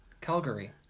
Calgary